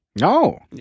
No